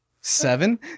seven